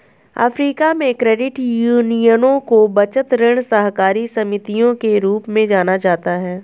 Africa में, credit यूनियनों को बचत, ऋण सहकारी समितियों के रूप में जाना जाता है